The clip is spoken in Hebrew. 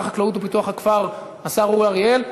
ישיב שר החקלאות ופיתוח הכפר, השר אורי אריאל.